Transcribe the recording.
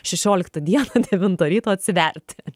šešioliktą dieną devintą ryto atsiverti